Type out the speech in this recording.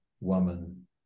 woman